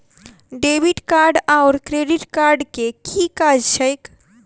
Debit card आओर credit card केँ की काज छैक?